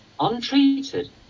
untreated